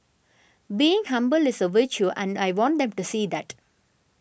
being humble is a virtue and I want them to see that